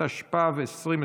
התשפ"ב 2021,